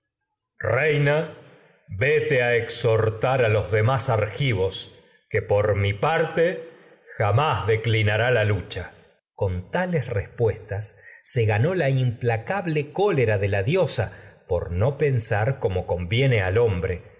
reina vete a tación exhortar a los demás argivos que por mi parte se jamás declinará la lucha con tales respuestas por el lio ganó como la implacable al cólera de la diosa no pensar de la conviene hombre